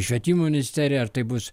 švietimo ministeriją ar tai bus